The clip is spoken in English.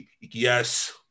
yes